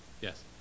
Yes